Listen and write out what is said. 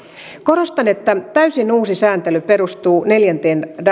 korostan että täysin uusi sääntely perustuu neljänteen